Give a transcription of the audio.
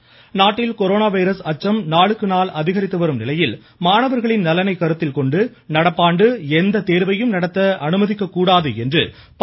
ராமதாஸ் நாட்டில் corona virus அச்சம் நாளுக்கு நாள் அதிகரித்து வரும் நிலையில் மாணவர்களின் நலனை கருத்தில்கொண்டு நடப்பாண்டு எந்த தேர்வையும் நடத்த அனுமதிக்க கூடாது என்று பா